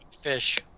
fish